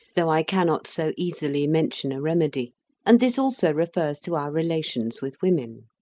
though i cannot so easily mention a remedy and this also refers to our relations with women.